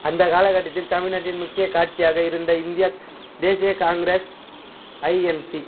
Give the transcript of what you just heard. அந்தக் காலகட்டத்தில் தமிழ்நாட்டின் முக்கியக் காட்சியாக இருந்த இந்திய தேசிய காங்கிரஸ் ஐஎன்சி